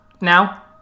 now